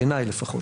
בעיני לפחות.